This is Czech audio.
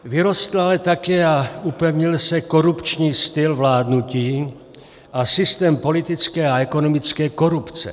Vyrostl ale také a upevnil se korupční styl vládnutí a systém politické a ekonomické korupce.